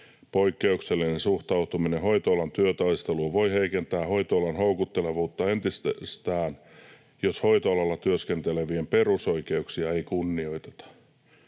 poikkeuksellinen suhtautuminen hoitoalan työtaisteluun voi heikentää hoitoalan houkuttelevuutta entisestään: jos hoitoalalla työskentelevien perusoikeuksia ei kunnioiteta,